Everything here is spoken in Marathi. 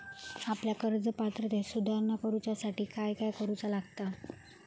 आपल्या कर्ज पात्रतेत सुधारणा करुच्यासाठी काय काय करूचा लागता?